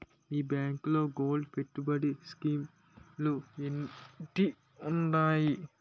మీ బ్యాంకులో గోల్డ్ పెట్టుబడి స్కీం లు ఏంటి వున్నాయి?